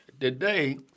today